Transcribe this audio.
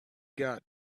got